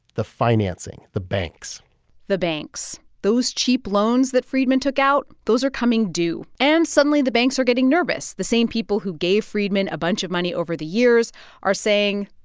the financing, the banks the banks. those cheap loans that freidman took out, those are coming due. and suddenly the banks are getting nervous. the same people who gave freidman a bunch of money over the years are saying,